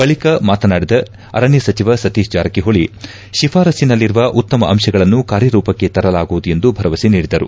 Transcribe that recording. ಬಳಿಕ ಮಾತನಾಡಿದ ಅರಣ್ಣ ಸಚಿವ ಸತೀತ್ ಜಾರಕಿಹೊಳಿ ಶಿಫಾರಸ್ಸಿನಲ್ಲಿರುವ ಉತ್ತಮ ಅಂಶಗಳನ್ನು ಕಾರ್ಯರೂಪಕ್ಕೆ ತರಲಾಗುವುದು ಎಂದು ಭರವಸೆ ನೀಡಿದರು